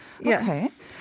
Yes